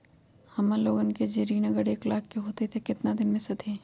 हमन लोगन के जे ऋन अगर एक लाख के होई त केतना दिन मे सधी?